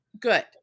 good